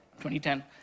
2010